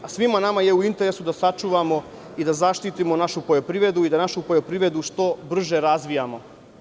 Svima nama je u interesu da sačuvamo i da zaštitimo našu poljoprivredu i da našu poljoprivredu što brže razvijamo.